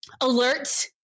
alert